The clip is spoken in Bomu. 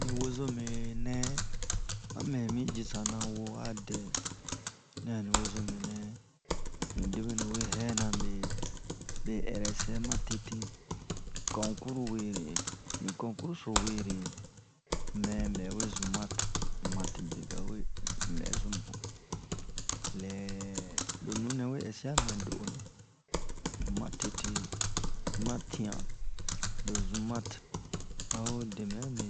ni wozome nɛ a mɛ mi cisa na wo yɛ a dɛ ni a ni wozome nɛ ni debwenu we hɛna me me ɛrɛsɛ matete konkuru were ni konkuru so were mɛ ɓɛ we zun mate mate be ɓɛwe un ɓɛ zunbun lɛ lo nunɛ we ɛsiya mɛ do'onu matete ma tiɲan lo zun mate a ho dɛmɛ'an mɛ